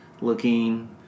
looking